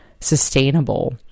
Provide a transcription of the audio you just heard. sustainable